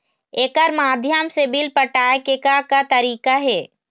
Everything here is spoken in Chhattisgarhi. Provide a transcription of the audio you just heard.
एकर माध्यम से बिल पटाए के का का तरीका हे?